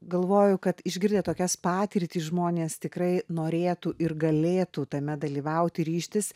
galvoju kad išgirdę tokias patirtis žmonės tikrai norėtų ir galėtų tame dalyvauti ryžtis